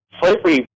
slavery